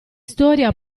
storia